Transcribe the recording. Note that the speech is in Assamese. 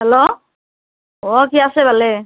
হেল্ল' অঁ কি আছে ভালে